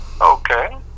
Okay